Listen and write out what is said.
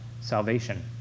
salvation